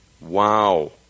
Wow